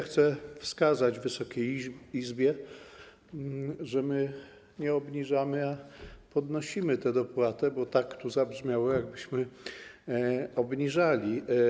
Chcę wskazać Wysokiej Izbie, że nie obniżamy, ale podnosimy tę dopłatę, bo tak zabrzmiało, jakbyśmy obniżali.